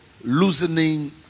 loosening